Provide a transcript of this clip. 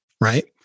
right